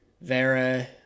Vera